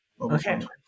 Okay